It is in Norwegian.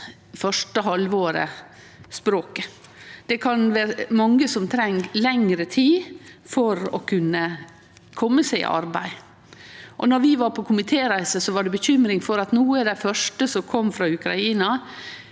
første halvåret. Det kan vere mange som treng lengre tid for å kunne kome seg i arbeid. Då vi var på komitéreise, var det bekymring for dei første som kom frå Ukraina.